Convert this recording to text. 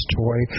toy